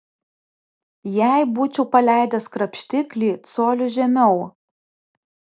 jei būčiau paleidęs krapštiklį coliu žemiau